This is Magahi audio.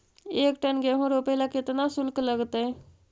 एक टन गेहूं रोपेला केतना शुल्क लगतई?